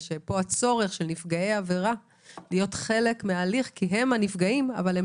שהצורך של נפגעי העבירה להיות חלק מההליך כי הם הנפגעים אבל הם